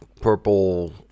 purple